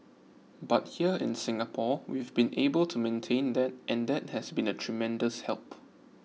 but here in Singapore we've been able to maintain that and that has been a tremendous help